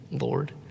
Lord